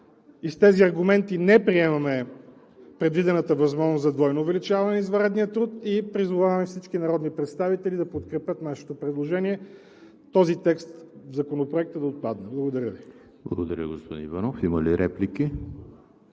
и с тези аргументи не приемаме предвидената възможност за двойно увеличаване на извънредния труд. Призоваваме всички народни представители да подкрепят нашето предложение този текст в Законопроекта да отпадне. Благодаря Ви. ПРЕДСЕДАТЕЛ ЕМИЛ ХРИСТОВ: Благодаря, господин Иванов. Има ли реплики?